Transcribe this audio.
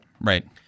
right